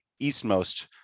eastmost